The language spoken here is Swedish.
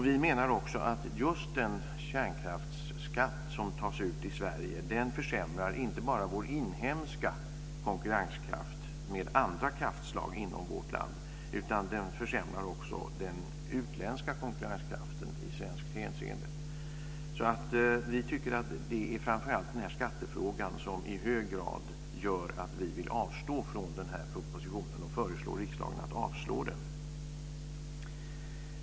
Vi menar också att just den kärnkraftsskatt som tas ut i Sverige försämrar inte bara den inhemska konkurrenskraften med andra kraftslag inom vårt land, utan den försämrar också den utländska konkurrenskraften i svenskt hänseende. Det är framför allt skattefrågan som i hög grad gör att vi vill avstå från propositionen och föreslå riksdagen att avslå den.